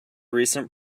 recent